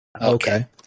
Okay